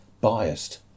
biased